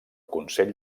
consell